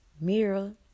mirror